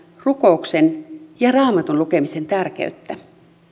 rukouksen ja raamatun lukemisen tärkeyttä